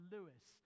Lewis